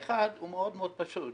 האחד הוא מאוד פשוט,